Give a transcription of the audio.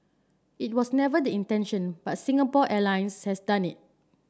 it was never the intention but Singapore Airlines has done it